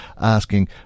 asking